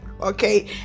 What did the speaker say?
Okay